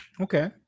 Okay